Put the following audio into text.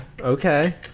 okay